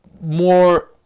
more